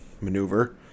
maneuver